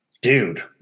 Dude